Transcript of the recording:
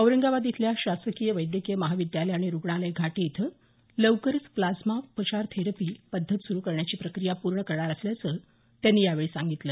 औरंगाबाद इथल्या शासकीय वैद्यकीय महाविद्यालय आणि रुग्णालय घाटी इथं लवकरच प्लाझ्मा थेरपी उपचार पद्धत सुरू करण्याची प्रक्रिया पूर्ण करणार असल्याचं त्यांनी यावेळी सांगितलं